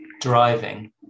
driving